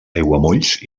aiguamolls